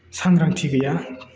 सांग्रांथि गैया